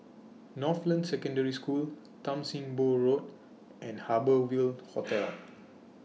Northland Secondary School Tan SIM Boh Road and Harbour Ville Hotel